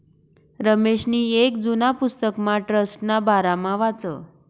रमेशनी येक जुना पुस्तकमा ट्रस्टना बारामा वाचं